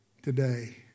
today